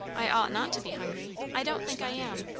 i ought not to be hungry. i don't think i am.